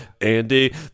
andy